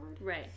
right